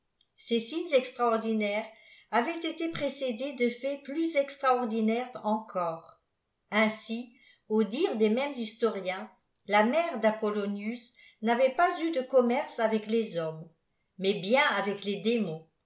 ces signes exiraordinaires avaient été pfécédés de faits plus extraordinaires encore ainsi au dire des mêmes historiens la mère d'apolioniusn'avait pas eu d cpm merce avec les hommes mais bien avec les démons